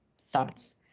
thoughts